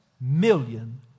million